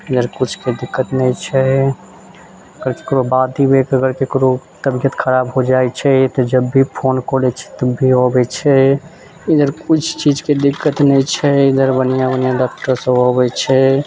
इधर कुछके दिक्कत नहि छै ककरो रातेमे ही ककरो तबियत खराब भऽ जाइ छै तब जब भी फोन करै छै तब भी अबै छै इधर कुछ चीजके दिक्कत नहि छै इधर बन्हिआँ बन्हिआँ डॉक्टर सब अबै छै